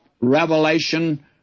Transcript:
revelation